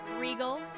regal